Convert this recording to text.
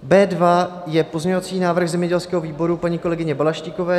B2 je pozměňovací návrh zemědělského výboru, paní kolegyně Balaštíkové.